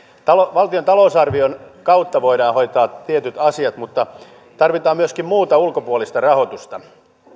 valtion talousarvion kautta voidaan hoitaa tietyt asiat mutta tarvitaan myöskin muuta ulkopuolista rahoitusta